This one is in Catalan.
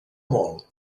molt